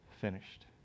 Finished